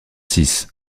six